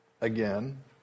again